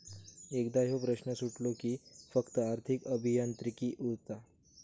एकदा ह्यो प्रश्न सुटलो कि फक्त आर्थिक अभियांत्रिकी उरता